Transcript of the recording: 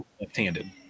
left-handed